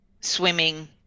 swimming